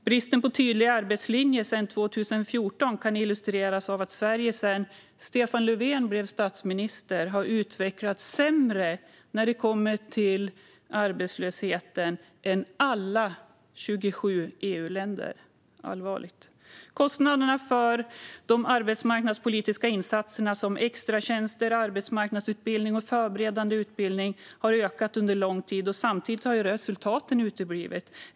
Bristen på tydlig arbetslinje sedan 2014 kan illustreras av att Sverige sedan Stefan Löfven blev statsminister har utvecklats sämre i fråga om arbetslöshet än alla övriga 27 EU-länder - allvarligt! Kostnaderna för arbetsmarknadspolitiska insatser som extratjänster, arbetsmarknadsutbildning och förberedande utbildning har ökat under lång tid. Samtidigt har resultaten uteblivit.